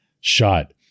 shot